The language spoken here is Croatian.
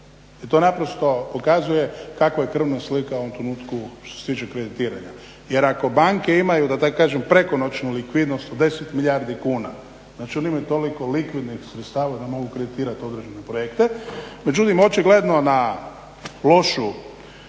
i to naprosto pokazuje kakva je krvna slika u ovom trenutku što se tiče kreditiranja. Jer ako banke imaju da tako kažem prekonoćnu likvidnost od 10 milijardi kuna, znači oni imaju toliko likvidnih sredstava da mogu kreditirat određene projekte. Međutim, očigledno na lošu